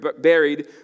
buried